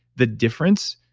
the difference,